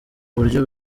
buryo